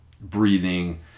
breathing